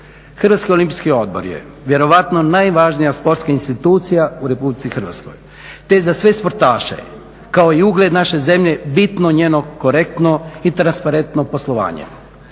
Hrvatski olimpijski odbor je vjerojatno najvažnija sportska institucija u Republici Hrvatskoj, te za sve sportaše je kao i ugled naše zemlje bitno njeno korektno i transparentno poslovanje.